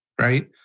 right